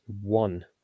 one